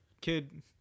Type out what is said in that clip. Kid